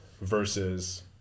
versus